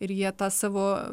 ir jie tą savo